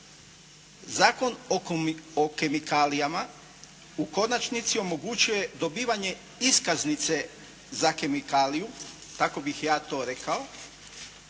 Zakon o kemikalija u konačnici omogućuje dobivanje iskaznice za kemikaliju, tako bih ja to rekao,